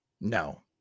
No